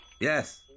Yes